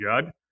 Judd